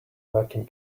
vacuum